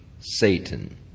Satan